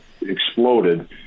exploded